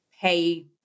pay